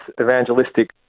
evangelistic